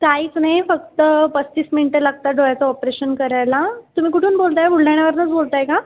काहीच नाही फक्त पस्तीस मिनिटं लागतात डोळ्याचं ऑपरेशन करायला तुम्ही कुठून बोलत आहात बुलढाण्यावरूनच बोलत आहात का